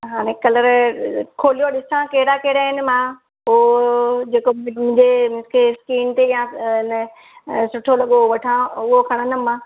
हाणे कलर खोलियो ॾिसां कहिड़ा कहिड़ा आहिनि मां पोइ जेको मुंहिंजे हिते स्कीन ते या अइनि सुठो लॻो वठां उहो खणंदमि मां